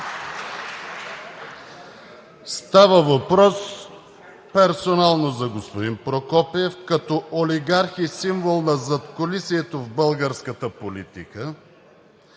Става въпрос персонално за господин Прокопиев като олигарх и символ на задкулисието в българската политика,